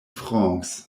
france